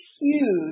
huge